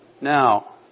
Now